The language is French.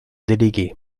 déléguée